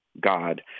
God